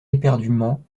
éperdument